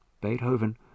Beethoven